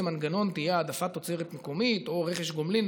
מנגנון תהיה העדפת תוצרת מקומית או רכש גומלין.